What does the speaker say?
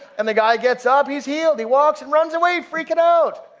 and the guy gets up. he's healed. he walks and runs away freaking out.